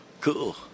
Cool